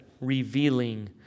revealing